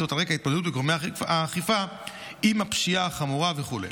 זאת על רקע התמודדות גורמי האכיפה עם הפשיעה החמורה וכו'.